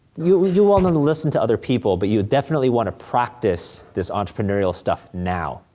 you you wanna listen to other people, but you definitely wanna practice this entrepreneurial stuff now.